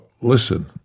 Listen